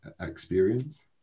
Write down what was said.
experience